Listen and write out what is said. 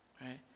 right